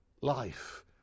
life